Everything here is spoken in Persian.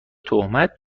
تهمت